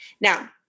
Now